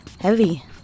heavy